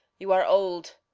you are old!